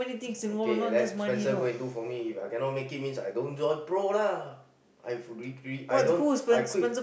okay let Spencer go and do for me If I cannot make it means I don't join pro lah I three three I don't I quit